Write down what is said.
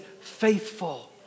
faithful